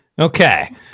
Okay